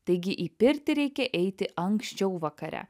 taigi į pirtį reikia eiti anksčiau vakare